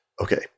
Okay